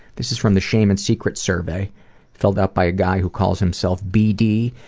this is from the shame and secrets survey filled out by a guy who calls himself, b. d.